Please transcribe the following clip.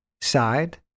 side